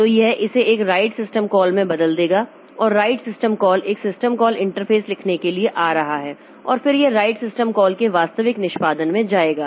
तो यह इसे एक राइट सिस्टम कॉल में बदल देगा और राइट सिस्टम कॉल एक सिस्टम कॉल इंटरफ़ेस लिखने के लिए आ रहा है और फिर यह राइट सिस्टम कॉल के वास्तविक निष्पादन में जाएगा